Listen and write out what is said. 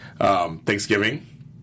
Thanksgiving